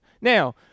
Now